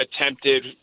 attempted